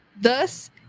thus